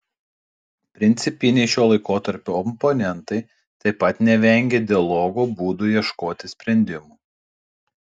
principiniai šio laikotarpio oponentai taip pat nevengė dialogo būdu ieškoti sprendimų